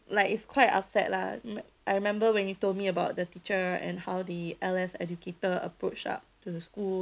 like it's quite upset lah I remember when you told me about the teacher and how the L_S educator approach up to the school